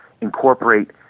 incorporate